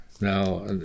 Now